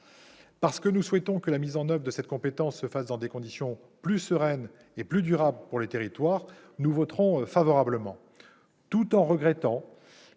Parce que nous souhaitons que la mise en oeuvre de cette compétence se fasse dans des conditions plus sereines et plus durables pour les territoires, nous voterons en faveur de ce texte tout en regrettant,